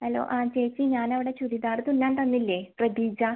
hello ആ ചേച്ചി ഞാനവിടെ ചുരിദാർ തുന്നാൻ തന്നില്ലേ പ്രതീജ